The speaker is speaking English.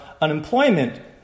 unemployment